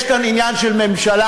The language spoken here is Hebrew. יש כאן עניין של ממשלה,